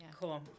Cool